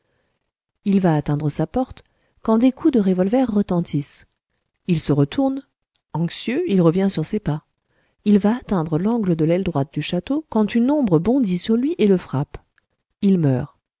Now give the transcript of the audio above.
il va atteindre sa porte quand des coups de revolver retentissent il se retourne anxieux il revient sur ses pas il va atteindre l'angle de l'aile droite du château quand une ombre bondit sur lui et le frappe il meurt